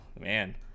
man